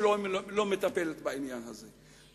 שלא מטפלת בעניין הזה.